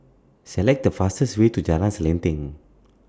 Select The fastest Way to Jalan Selanting